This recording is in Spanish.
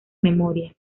memorias